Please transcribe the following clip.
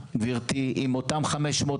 גברתי, היום עם אותם 550